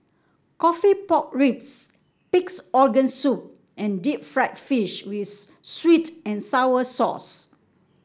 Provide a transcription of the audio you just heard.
coffee Pork Ribs Pig's Organ Soup and Deep Fried Fish with sweet and sour sauce